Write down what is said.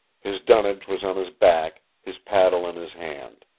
his dunnage was on his back, his paddle in his hand.